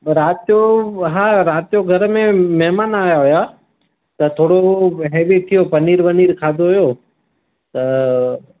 राति जो हा राति जो घर में महिमान आया हुया त थोरो हैवी थी वियो पनीर वनीर खाधो हुयो त